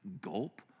gulp